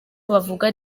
bavuga